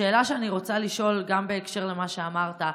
השאלה שאני רוצה לשאול גם בהקשר למה שאמרת,